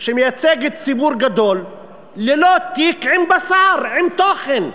שמייצגת ציבור גדול ללא תיק עם בשר, עם תוכן.